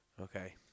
Okay